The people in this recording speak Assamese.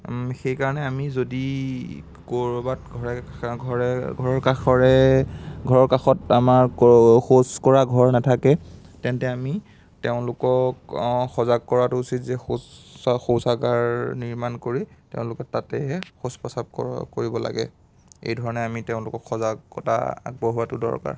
সেইকাৰণে আমি যদি ক'ৰবাত ঘৰে ঘৰে ঘৰৰ কাষৰে ঘৰৰ কাষত আমাৰ শৌচ কৰা ঘৰ নাথাকে তেন্তে আমি তেওঁলোকক সজাগ কৰাটো উচিত যে শৌচাগাৰ নিৰ্মাণ কৰি তেওঁলোকে তাতে শৌচ প্ৰস্ৰাৱ কৰিব লাগে এইধৰণে আমি তেওঁলোকক সজাগতা আগবঢ়োৱাটো দৰকাৰ